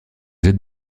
êtes